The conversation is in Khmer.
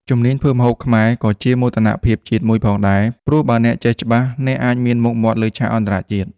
ជំនាញធ្វើម្ហូបខ្មែរក៏ជាមោទនភាពជាតិមួយផងដែរ ព្រោះបើអ្នកចេះច្បាស់អ្នកអាចមានមុខមាត់លើឆាកអន្តរជាតិ។